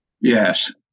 Yes